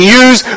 use